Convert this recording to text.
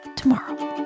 tomorrow